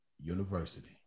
University